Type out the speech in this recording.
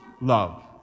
love